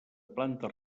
planta